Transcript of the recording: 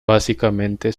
básicamente